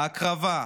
ההקרבה,